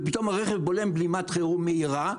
ופתאום הרכב בולם בלימת חירום מהירה,